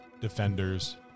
defenders